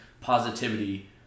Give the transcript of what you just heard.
positivity